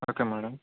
okay madam